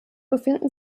befinden